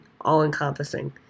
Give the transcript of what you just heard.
all-encompassing